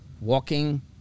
walking